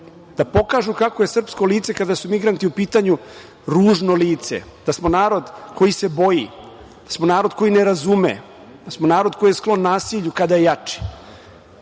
da pokažu kako je srpsko lice kada su migranti u pitanju ružno lice, da smo narod koji se boji, da smo narod koji ne razume, da smo narod koji je sklon nasilju kada je jači.